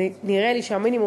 נראה לי שהמינימום,